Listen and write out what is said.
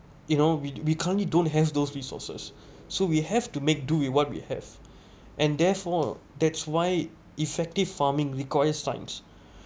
you know we we can't you don't have those resources so we have to make do with what we have and therefore that's why effective farming requires science